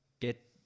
get